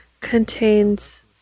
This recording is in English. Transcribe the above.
contains